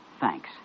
Thanks